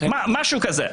משהו כזה.